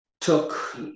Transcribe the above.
took